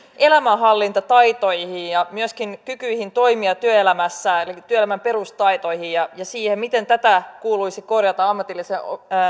elämänhallintataitoihin ja ja myöskin kykyihin toimia työelämässä eli työelämän perustaitoihin ja ja siihen miten tätä kuuluisi korjata ammatillisen